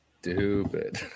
stupid